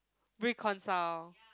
reconcile